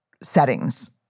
settings